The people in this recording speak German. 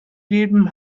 jedem